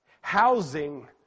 housing